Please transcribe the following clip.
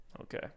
Okay